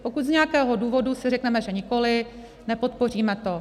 Pokud z nějakého důvodu si řekneme, že nikoli, nepodpoříme to.